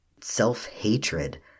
self-hatred